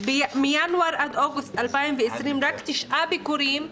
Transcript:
מינואר עד אוגוסט 2020 רק 9 ביקורים.